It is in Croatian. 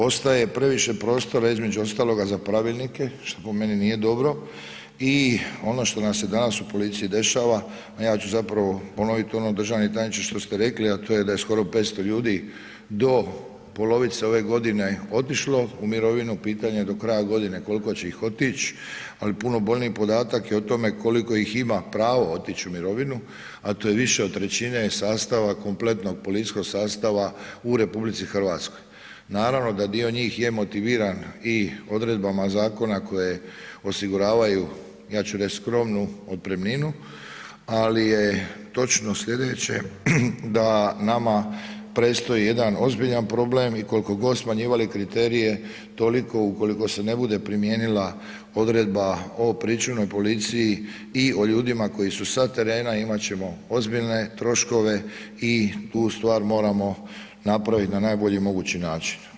Ostaje previše prostora između ostaloga za pravilnike, što po meni nije dobro i ono što nam se danas u policiji dešava, a ja ću zapravo ponovit ono državni tajniče što ste rekli, a to je da je skoro 500 ljudi do polovice ove godine otišlo u mirovinu, pitanje je do kraja godine koliko će ih otići, ali puno bolniji je podatak o tome koliko ih ima pravo otić u mirovinu, a to je više od trećine sastava kompletnog policijskog sastava u RH, naravno da dio njih je motiviran i odredbama zakona koje osiguravaju, ja ću reć, skromnu otpremninu, ali je točno slijedeće da nama predstoji jedan ozbiljan problem i kolko god smanjivali kriterije toliko ukoliko se ne bude primijenila odredba o pričuvnoj policiji i o ljudima koji su sa terena, imat ćemo ozbiljne troškove i tu stvar moramo napravit na najbolji mogući način.